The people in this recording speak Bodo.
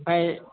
ओमफाय